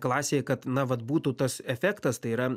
klasėj kad na vat būtų tas efektas tai yra